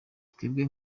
twebwe